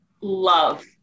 love